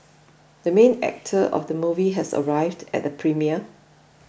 the main actor of the movie has arrived at the premiere